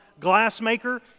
glassmaker